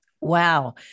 Wow